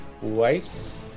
twice